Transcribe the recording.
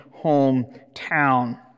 hometown